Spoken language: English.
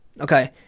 okay